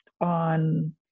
on